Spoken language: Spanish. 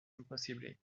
imposible